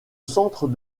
centre